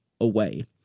away